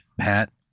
Pat